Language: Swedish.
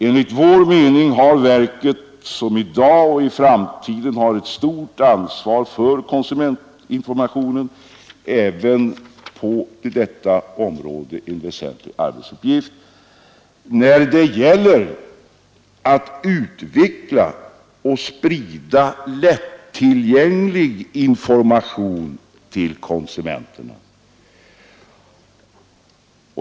Enligt vår mening har verket, som i dag och i framtiden har ett stort ansvar för konsumentinformationen, även på detta område en väsentlig arbetsuppgift när det gäller att utveckla och sprida lättillgänglig information till konsumenterna.